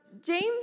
James